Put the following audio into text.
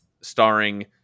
starring